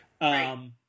Right